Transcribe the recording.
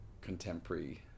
contemporary